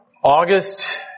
August